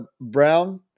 Brown